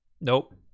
Nope